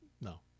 no